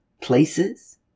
places